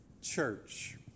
church